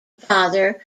father